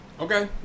Okay